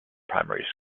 primary